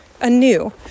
anew